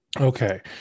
Okay